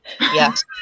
Yes